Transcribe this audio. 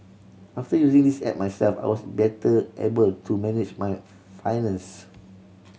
after using this app myself I was better able to manage my finance